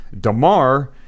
Damar